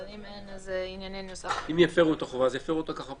טענות לעניין העונש או דיון שעניינו גזר דין .